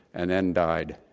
and then died,